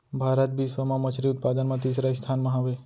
भारत बिश्व मा मच्छरी उत्पादन मा तीसरा स्थान मा हवे